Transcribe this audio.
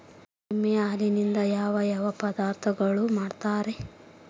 ಎಮ್ಮೆ ಹಾಲಿನಿಂದ ಯಾವ ಯಾವ ಪದಾರ್ಥಗಳು ಮಾಡ್ತಾರೆ?